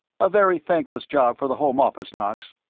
a very thankless job for the home office, knox.